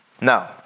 No